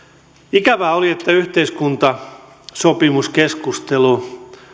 ikävää oli että yhteiskuntasopimuskeskustelu